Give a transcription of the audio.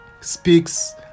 speaks